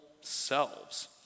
selves